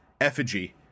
effigy